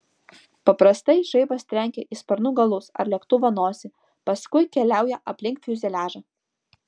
paprastai žaibas trenkia į sparnų galus ar lėktuvo nosį paskui keliauja aplink fiuzeliažą